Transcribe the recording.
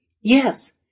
Yes